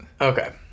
Okay